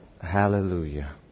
hallelujah